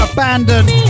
Abandoned